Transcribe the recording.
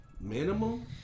Minimum